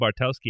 Bartowski